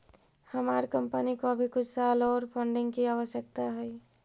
हमार कंपनी को अभी कुछ साल ओर फंडिंग की आवश्यकता हई